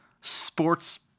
sports